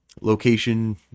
location